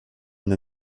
une